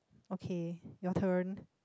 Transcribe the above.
okay your turn